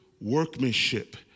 workmanship